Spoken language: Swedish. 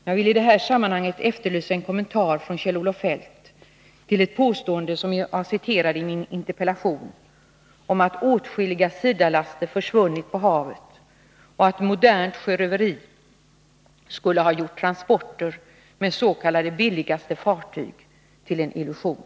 Jag efterlyser i det här sammanhanget en kommentar från Kjell-Olof Feldt till ett påstående, vilket jag har citerat i min interpellation, om att åtskilliga SIDA-laster försvunnit på havet och att modernt sjöröveri skulle ha gjort transporter med s.k. billigaste fartyg till en illusion.